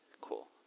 cool